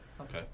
Okay